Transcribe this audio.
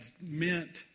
meant